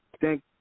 thank